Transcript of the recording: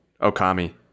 Okami